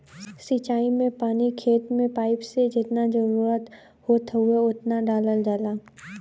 सिंचाई में पानी खेत में पाइप से जेतना जरुरत होत हउवे ओतना डालल जाला